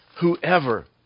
Whoever